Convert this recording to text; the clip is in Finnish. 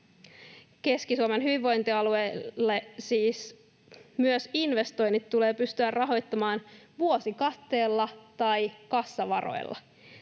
Keski-Suomen hyvinvointialueelle siis myös investoinnit tulee pystyä rahoittamaan vuosikatteella tai kassavaroilla.